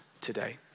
today